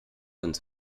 uns